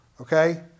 Okay